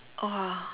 !wah!